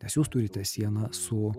nes jūs turite sieną su